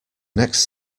next